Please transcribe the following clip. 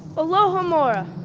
alohomora.